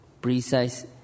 precise